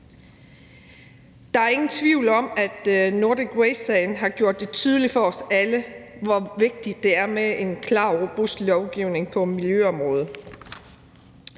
Der er ingen tvivl om, at Nordic Waste-sagen har gjort det tydeligt for os alle, hvor vigtigt det er med en klar og robust lovgivning på miljøområdet.